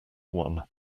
one